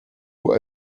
wohl